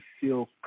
feel